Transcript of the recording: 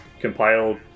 compiled